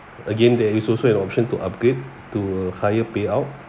again there is also an option to upgrade to a higher payout